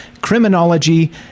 criminology